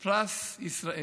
בטקס פרס ישראל.